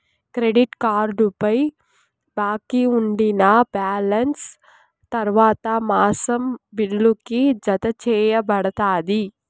credit కార్డుపై బాకీ ఉండినా బాలెన్స్ తర్వాత మాసం బిల్లుకి, జతచేయబడతాది